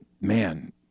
man